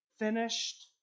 finished